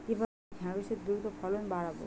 কিভাবে ঢেঁড়সের দ্রুত ফলন বাড়াব?